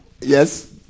Yes